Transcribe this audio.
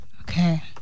Okay